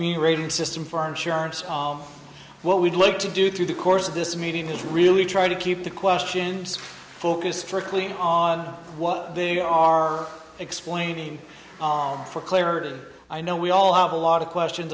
me rating system for our insurance what we'd like to do through the course of this meeting is really try to keep the questions focus strictly on what they are explaining for clarity i know we all have a lot of questions